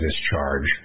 discharge